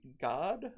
god